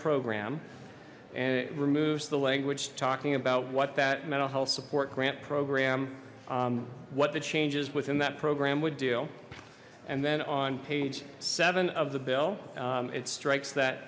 program and it removes the language talking about what that mental health support grant program what the changes within that program would do and then on page seven of the bill it strikes that